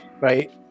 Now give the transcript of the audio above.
Right